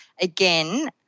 again